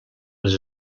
les